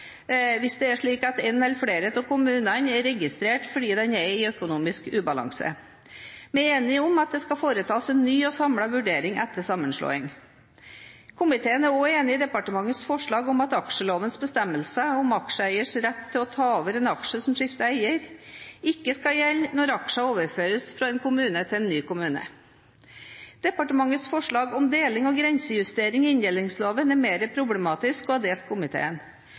hvis det er slik at en eller flere av kommunene er i registeret fordi de er i økonomisk ubalanse. Vi er enig i at det skal foretas en ny og samlet vurdering etter sammenslåing. Komiteen er også enig i departementets forslag om at aksjelovens bestemmelser om aksjeeiers rett til å ta over en aksje som skifter eier, ikke skal gjelde når aksjer overføres fra en kommune til en ny kommune. Departementets forslag om deling og grensejustering i inndelingsloven er mer problematisk og har delt komiteen.